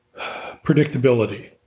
predictability